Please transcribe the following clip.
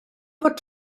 fod